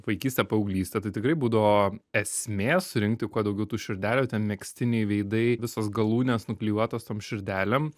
vaikystę paauglystę tai tikrai būdavo esmė surinkti kuo daugiau tų širdelių ten megztiniai veidai visos galūnės nu klijuotos tom širdelėm